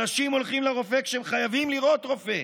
אנשים הולכים לרופא כשהם חייבים לראות רופא.